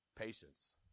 Patience